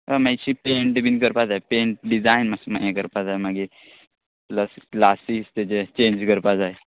अय माश्शी पेंट बीन करपा जाय पेंट बी जाय माश्श हें करपा जाय मागी प्लस ग्लासीस तेजे चेंज करपा जाय